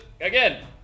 again